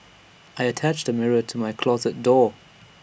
I attached A mirror to my closet door